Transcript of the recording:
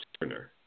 turner